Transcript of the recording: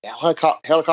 helicopter